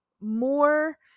more